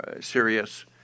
serious